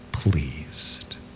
pleased